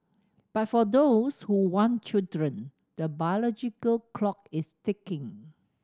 but for those who want children the biological clock is ticking